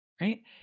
right